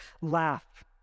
Laugh